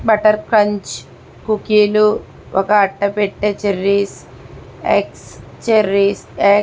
butter crunch కుకీలు ఒక్క అట్టపెట్టె చెరిష్ ఎక్స్ చెరిష్ ఎక్స్